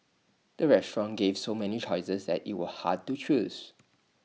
the restaurant gave so many choices that IT was hard to choose